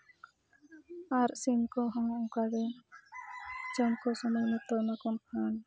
ᱟᱨ ᱥᱤᱢ ᱠᱚᱦᱚᱸ ᱚᱱᱠᱟ ᱜᱮ ᱡᱚᱢ ᱠᱚ ᱥᱚᱢᱚᱭ ᱢᱚᱛᱚ ᱮᱢᱟᱠᱚ ᱠᱷᱟᱱ